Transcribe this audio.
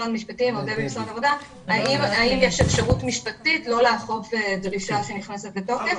יש אפשרות משפטית לא לאכוף דרישה שנכנסת לתוקף.